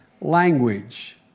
language